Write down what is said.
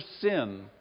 sin